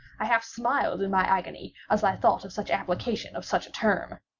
i half smiled in my agony as i thought of such application of such a term.